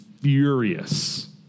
furious